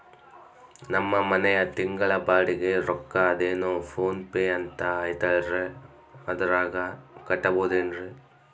ನಮ್ಮ ಮನೆಯ ತಿಂಗಳ ಬಾಡಿಗೆ ರೊಕ್ಕ ಅದೇನೋ ಪೋನ್ ಪೇ ಅಂತಾ ಐತಲ್ರೇ ಅದರಾಗ ಕಟ್ಟಬಹುದೇನ್ರಿ?